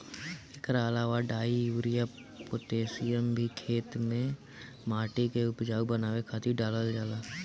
एकरा अलावा डाई, यूरिया, पोतेशियम भी खेते में माटी के उपजाऊ बनावे खातिर डालल जाला